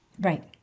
Right